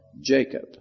Jacob